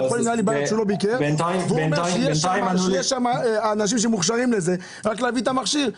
הוא אומר שיש שם אנשים שמוכשרים לזה - רק להביא את המכשיר.